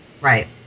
Right